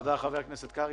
תודה, חבר הכנסת קרעי.